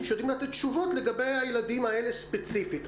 שיודעים לתת תשובות לגבי הילדים האלה ספציפית.